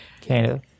Canada